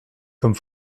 comme